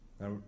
Now